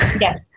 Yes